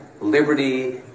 liberty